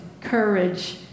courage